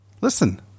Listen